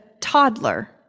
toddler